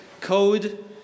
code